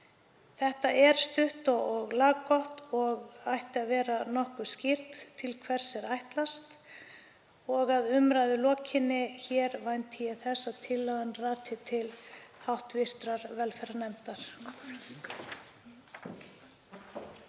Þetta er stutt og laggott og ætti að vera nokkuð skýrt til hvers er ætlast. Að umræðu lokinni hér vænti ég þess að tillagan rati til hv. velferðarnefndar.